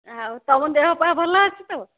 ଆଉ ତୁମ ଦେହପା ଭଲ ଅଛି ତ